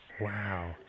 Wow